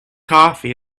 coffee